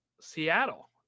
Seattle